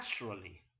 naturally